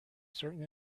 certain